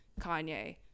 Kanye